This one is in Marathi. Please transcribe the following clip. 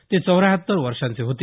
ते चौऱ्याहत्तर वर्षांचे होते